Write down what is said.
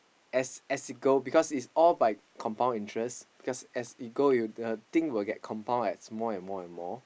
as as it go because it's all by compound interest because as it go it'll the thing will get compound as more and more and more